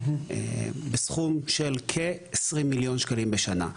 בסכום של כ-20 מיליון בשנה,